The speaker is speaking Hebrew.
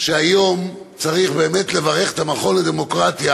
שהיום צריך באמת לברך את המכון לדמוקרטיה